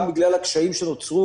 גם בגלל הקשיים שנוצרו,